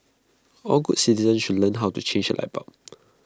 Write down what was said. all good citizens should learn how to change A light bulb